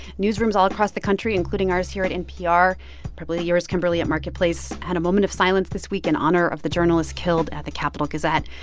newsrooms all across the country, including ours here at npr probably yours, kimberly, at marketplace had a moment of silence this week in honor of the journalists killed at the capital gazette.